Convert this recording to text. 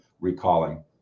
recalling